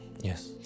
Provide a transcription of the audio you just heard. Yes